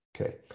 Okay